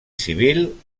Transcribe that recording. civil